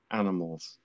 animals